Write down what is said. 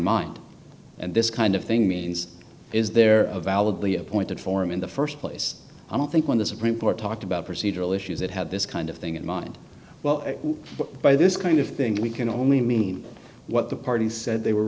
mind and this kind of thing means is there a validly appointed forum in the st place i don't think when the supreme court talked about procedural issues that had this kind of thing in mind well by this kind of thing we can only mean what the party said they were